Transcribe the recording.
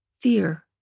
fear